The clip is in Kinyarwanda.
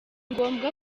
ngombwa